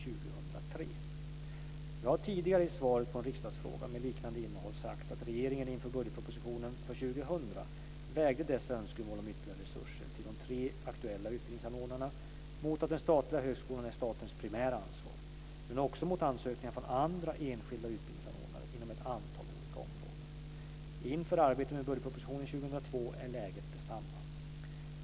Jag har tidigare i svaret på en riksdagsfråga med liknande innehåll sagt att regeringen inför budgetpropositionen för 2000 vägde dessa önskemål om ytterligare resurser till de tre aktuella utbildningsanordnarna mot att den statliga högskolan är statens primära ansvar, men också mot ansökningar från andra enskilda utbildningsanordnare inom ett antal olika områden. Inför arbetet med budgetpropositionen 2002 är läget detsamma.